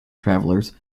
travellers